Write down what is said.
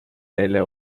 neile